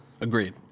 Agreed